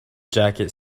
jacket